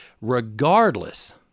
regardless